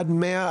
עד מאה,